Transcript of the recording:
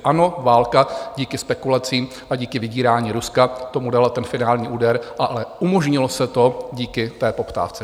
Ano, válka díky spekulacím a díky vydírání Ruska tomu dala ten finální úder, ale umožnilo se to díky té poptávce.